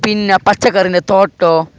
പിന്നെ പച്ചക്കറിന്റെ തോട്ടോ